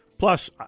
Plus